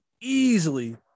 easily